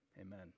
amen